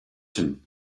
him